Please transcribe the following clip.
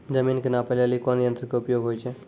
जमीन के नापै लेली कोन यंत्र के उपयोग होय छै?